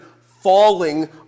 falling